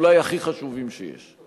אולי הכי חשובים שיש.